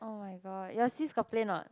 oh-my-god your sis got play a not